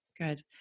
Good